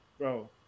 bro